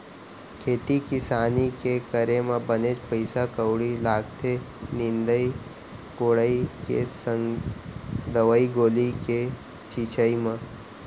खेती किसानी के करे म बनेच पइसा कउड़ी लागथे निंदई कोड़ई के संग दवई गोली के छिंचाई म